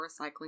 recycling